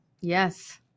Yes